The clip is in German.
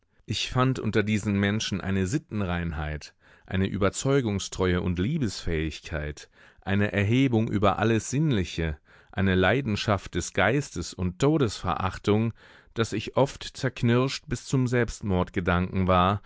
ich fand unter diesen menschen eine sittenreinheit eine überzeugungstreue und liebesfähigkeit eine erhebung über alles sinnliche eine leidenschaft des geistes und todesverachtung daß ich oft zerknirscht bis zum selbstmordgedanken war